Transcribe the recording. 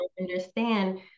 understand